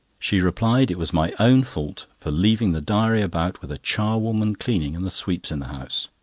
she replied it was my own fault for leaving the diary about with a charwoman cleaning and the sweeps in the house.